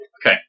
Okay